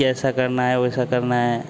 कि ऐसा करना है वैसा करना है